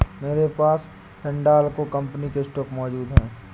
मेरे पास हिंडालको कंपनी के स्टॉक मौजूद है